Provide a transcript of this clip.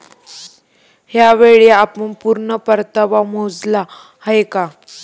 यावेळी आपण पूर्ण परतावा मोजला आहे का?